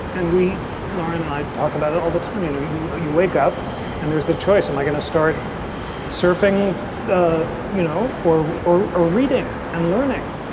and we learn. i talk about it all the time. you know, you you wake up and there's the choice. am i going to start surfing the, you know, or or reading and learning?